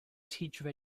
teacher